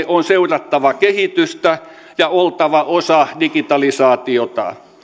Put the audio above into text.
on seurattava kehitystä ja oltava osa digitalisaatiota